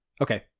Okay